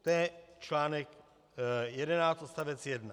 To je článek 11 odst. 1.